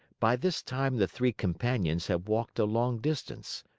by this time the three companions had walked a long distance.